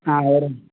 நான் வரேங்க